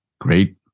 great